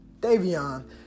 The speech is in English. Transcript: Davion